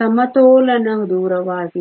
ಸಮತೋಲನ ದೂರವಾಗಿದೆ